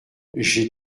j’ai